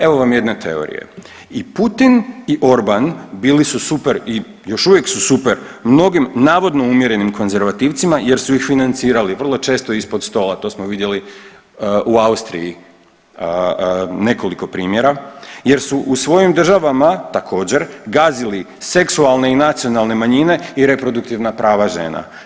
Evo vam jedne teorije, i Putin i Orban bili su super i još uvijek su super mnogim navodno umjerenim konzervativcima jer su ih financirali, vrlo često ispod stola, to smo vidjeli u Austriji nekoliko primjera, jer su u svojim državama također gazili seksualne i nacionalne manjine i reproduktivna prava žena.